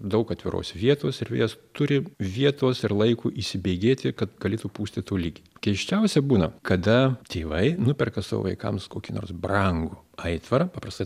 daug atviros vietos erdvės turi vietos ir laiko įsibėgėti kad galėtų pūsti tolygiai keisčiausia būna kada tėvai nuperka savo vaikams kokį nors brangų aitvarą paprastai